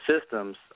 systems